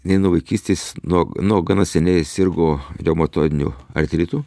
jinai nuo vaikystės nuo nuo gana seniai sirgo reumatoidiniu artritu